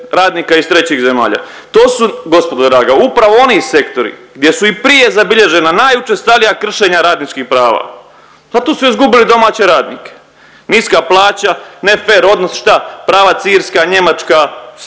To su gospodo draga upravo oni sektori gdje su i prije zabilježena najučestalija kršenja radničkih prava, pa tu su izgubili domaće radnike. Niska plaća, nefer odnos, šta, pravac Irska, Njemačka, Slovenija